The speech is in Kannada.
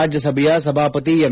ರಾಜ್ಯಸಭೆಯ ಸಭಾಪತಿ ಎಂ